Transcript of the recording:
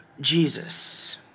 Jesus